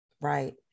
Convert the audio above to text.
Right